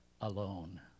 alone